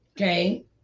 Okay